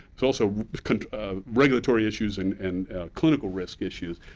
it's also kind of regulatory issues and and clinical risk issues.